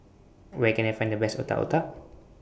Where Can I Find The Best Otak Otak